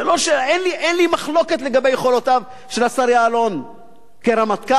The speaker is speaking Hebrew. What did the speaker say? אין לי מחלוקת לגבי יכולותיו של השר יעלון כרמטכ"ל,